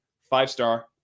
five-star